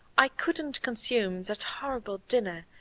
i couldn't consume that horrible dinner,